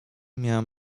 miałem